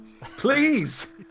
Please